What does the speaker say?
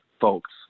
folks